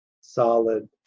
solid